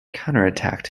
counterattacked